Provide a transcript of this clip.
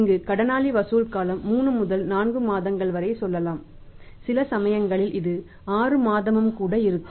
இங்கு கடனாளி வசூல் காலம் 3 முதல் 4 மாதங்கள் வரை சொல்லலாம் சில சமயங்களில் இது 6 மாதமும் கூட இருக்கும்